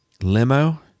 limo